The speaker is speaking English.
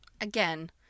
Again